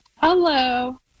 Hello